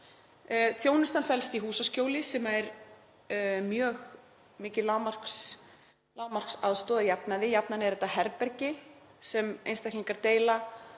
Þjónustan felst í húsaskjóli sem er mjög mikil lágmarksaðstaða að jafnaði. Að jafnaði er þetta herbergi sem einstaklingar deila